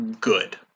good